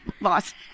Lost